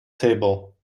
table